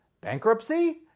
Bankruptcy